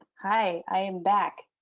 hi, i am back.